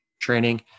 training